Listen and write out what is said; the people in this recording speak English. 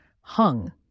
hung